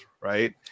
right